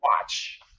watch